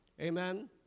amen